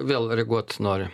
vėl reaguot nori